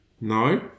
No